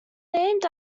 named